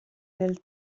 del